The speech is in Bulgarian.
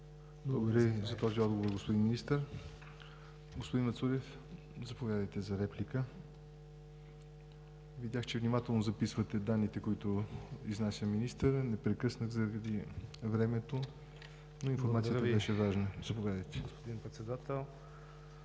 Ви за този отговор, господин Министър. Господин Мацурев, заповядайте за реплика. Видях, че внимателно записвате данните, които изнася министърът. Не го прекъснах заради времето, защото информацията беше важна. Заповядайте. АЛЕКСАНДЪР